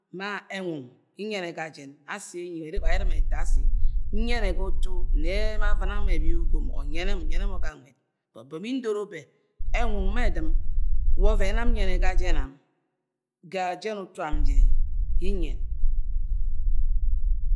Ma enwu ne nyene ga sen asi nyene ga utu nẹ emo avɨ̃na mhe ẹbr ugom but nyene mo ga nwed but be mudono be enwu ma edɨ̃m wa oven ye nam nyene ga jen ani ga jen utu am je ie nyen.